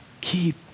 Keep